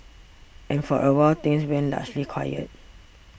and for awhile things went largely quiet